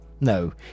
no